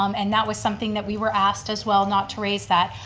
um and that was something that we were asked as well, not to raise that.